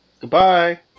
Goodbye